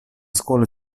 scuola